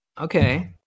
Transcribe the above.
Okay